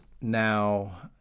now